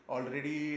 Already